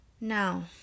Now